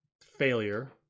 failure